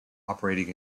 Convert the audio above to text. operating